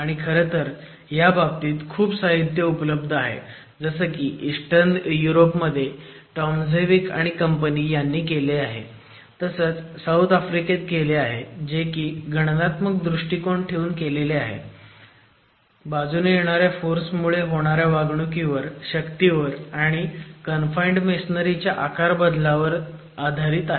आणि खरंतर ह्या बाबतीत खूप साहित्य उपलब्ध आहे जसे की ईस्टर्न युरोप मध्ये टॉमेझेविक आणि कंपनी यांनी केले आहे तसंच साऊथ आफ्रिकेत केले आहे जे की गणनात्मक दृष्टिकोन ठेवून केले आहे बाजूने येणाऱ्या फोर्स मुळे होणाऱ्या वागणुकीवर शक्तीवर आणि कन्फाईंड मेसोनारी च्या आकारबदलावर आधारित आहे